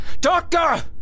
Doctor